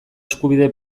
eskubide